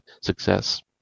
success